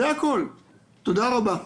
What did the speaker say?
תודה רבה.